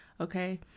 Okay